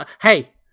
Hey